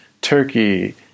Turkey